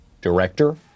Director